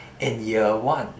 and you're one